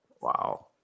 Wow